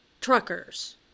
truckers